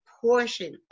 portion